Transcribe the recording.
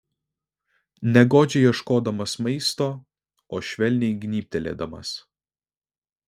ne godžiai ieškodamas maisto o švelniai gnybtelėdamas